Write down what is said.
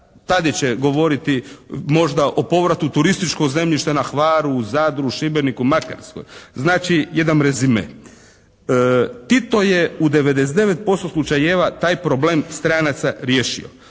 Tadić će govoriti možda o povratu turističkog zemljišta na Hvaru, u Zadru, Šibeniku, Makarskoj. Znači jedan rezime. Tito je u 99% slučajeva taj problem stranaca riješio.